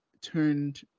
turned